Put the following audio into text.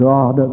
God